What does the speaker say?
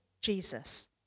Jesus